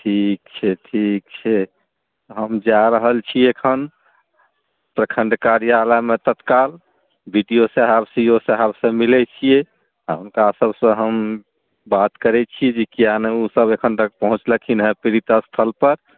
ठीक छै ठीक छै हम जा रहल छी एखन प्रखण्ड कार्यालयमे तत्काल बि डि ओ साहेब सी ओ साहेब से मिलै छियै आ हुनका सभसँ हम बात करै छियै जे किए नहि ओ सभ एखन तक पहुँचलखिन हँ पीड़ित स्थल तक